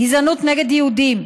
גזענות נגד יהודים,